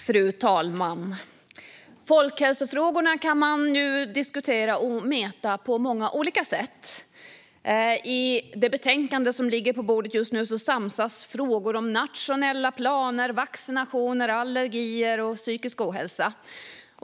Fru talman! Folkhälsofrågor kan man diskutera och mäta på många olika sätt. I det betänkande som ligger på bordet just nu samsas frågor om nationella planer, vaccinationer, allergier och psykisk ohälsa.